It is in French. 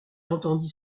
entendit